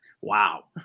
Wow